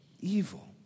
evil